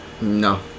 No